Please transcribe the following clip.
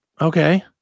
Okay